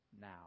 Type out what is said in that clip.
now